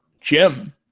jim